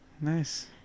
Nice